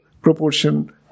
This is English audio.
proportion